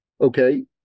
okay